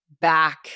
back